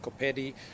Copetti